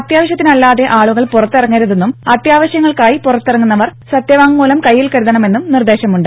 അത്യാവശ്യത്തിനല്ലാതെ ആളുകൾ പുറത്തിറങ്ങരുതെന്നും അത്യാവശ്യങ്ങൾക്കായി പുറത്തിറങ്ങുന്നവർ സത്യവാങ്മൂലം കൈയിൽ കരുതണമെന്നും നിർദേശമുണ്ട്